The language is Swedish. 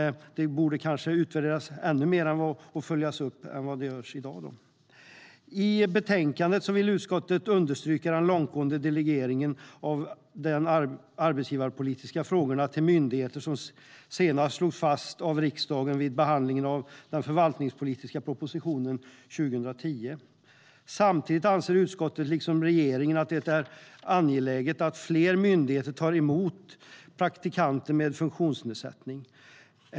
Det borde kanske utvärderas och följas upp ännu mer än i dag. I betänkandet vill utskottet understryka den långtgående delegering av de arbetsgivarpolitiska frågorna till myndigheter som senast slogs fast av riksdagen vid behandlingen av den förvaltningspolitiska propositionen 2010. Samtidigt anser utskottet liksom regeringen att det är angeläget att fler myndigheter tar emot praktikanter med funktionsnedsättning.